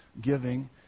giving